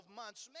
months